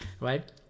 right